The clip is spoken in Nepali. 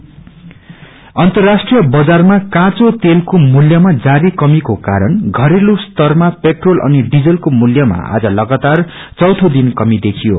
आयल प्राइस अर्न्तराष्ट्रिय बजारमा काँचो तेलको मुल्यामा जारी कमीको कारण घरेलु स्तरमा पेट्रोल अनि डिजलको मूल्यामा आज लगातार चौथे दिन कमी देखियो